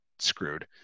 screwed